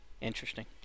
Interesting